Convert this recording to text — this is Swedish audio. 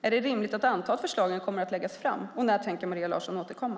Är det rimligt att anta att förslagen kommer att läggas fram? Och när tänker Maria Larsson återkomma?